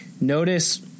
notice